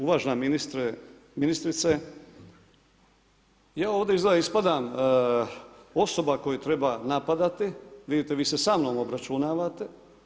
Uvažena ministrice, ja ovdje izgleda ispadam osoba koju treba napadati, vidite vi se samnom obračunavate.